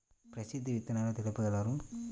ప్రసిద్ధ విత్తనాలు తెలుపగలరు?